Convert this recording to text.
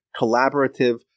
collaborative